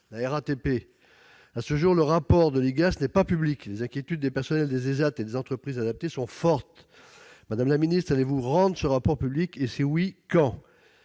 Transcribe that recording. » (RAPT). À ce jour, le rapport de l'IGAS n'est toujours pas public. Les inquiétudes des personnels des ÉSAT et des entreprises adaptées sont fortes. Madame la secrétaire d'État, allez-vous rendre ce rapport public ? Et si oui, quand ?